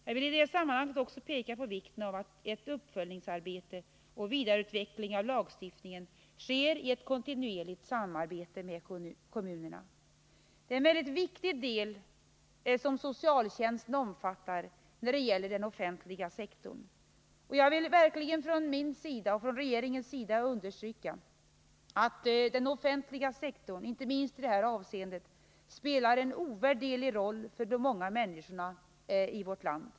Jag vill i det sammanhanget också peka på vikten av att uppföljningsarbete och vidareutveckling av lagstiftningen sker i ett kontinuerligt samarbete med kommunerna. Socialtjänsten som omfattas av den offentliga sektorn är mycket viktig. Jag vill verkligen för min egen del och för regeringens del understryka att den offentliga sektorn — inte minst i detta avseende — spelar en ovärderlig roll för de många människorna i vårt land.